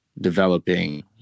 developing –